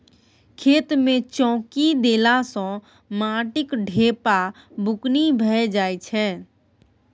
खेत मे चौकी देला सँ माटिक ढेपा बुकनी भए जाइ छै